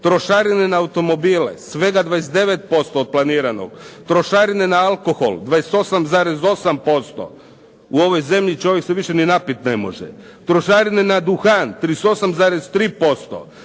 Trošarine na automobile svega 29% od planiranog. Trošarine na alkohol 28,8%. U ovoj zemlji čovjek se više ni napiti ne može. Trošarine na duhan 38,3%.